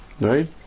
Right